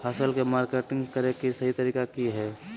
फसल के मार्केटिंग करें कि सही तरीका की हय?